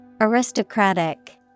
Aristocratic